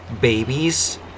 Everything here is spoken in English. babies